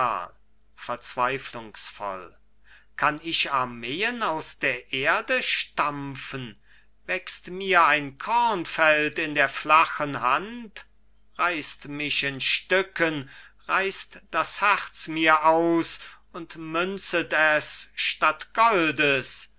verzweiflungsvoll kann ich armeen aus der erde stampfen wächst mir ein kornfeld in der flachen hand reißt mich in stücken reißt das herz mir aus und münzet es statt goldes